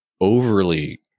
overly